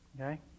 Okay